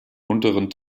unteren